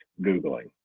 Googling